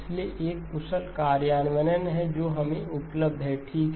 इसलिए एक कुशल कार्यान्वयन है जो हमें उपलब्ध है ठीक